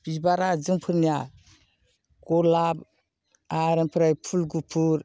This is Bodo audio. बिबारा जोंफोरनिया गलाप आरो ओमफ्राय फुल गुफुर